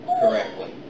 correctly